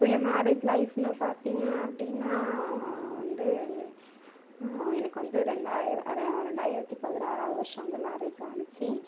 இப்போது என் மேரேஜ் லைஃப்ன்னு பார்த்தீங்க அப்படின்னா வந்து எனக்கு வந்து ரெண்டாயர ரெண்டாயிரத்தி பதினாறாவது வருஷம் வந்து மேரேஜ் ஆணுச்சு